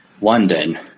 London